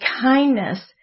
kindness